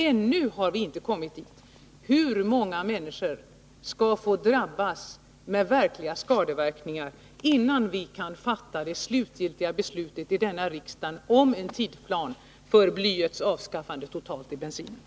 Ännu har vi inte kommit dit. Hur många människor har drabbats av allvarliga skadeverkningar innan vi här i riksdagen kan fatta det slutgiltiga beslutet om en tidsplan för det totala avskaffandet av bly i bensinen?